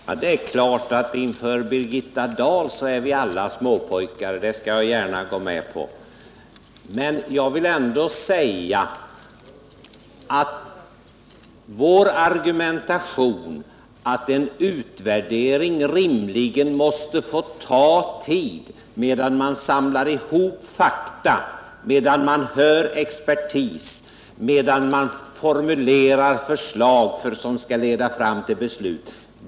Herr talman! Det är klart att inför Birgitta Dahl är vi alla småpojkar, det skall jag gärna gå med på. Men jag vill ändå säga att en utvärdering rimligen måste få ta tid medan man samlar ihop fakta, medan man hör expertis, medan man formulerar förslag som skall leda fram till beslut.